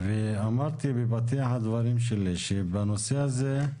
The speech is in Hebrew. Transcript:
ואמרתי בפתח הדברים שלי שבנושא הזה,